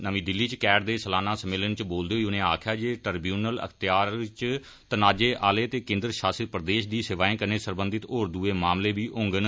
नमीं दिल्ली च C A T दे सालाना सम्मेलन च बोलदे होई उनें आक्खेआ जे ट्रिब्यूनल अख्तियार च तनाज़े आले ते केन्द्र शासत प्रदेश दी सेवाएं कन्नै सरबंधत होर दूए मामले बी होंडन